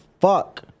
fuck